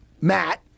Matt